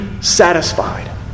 satisfied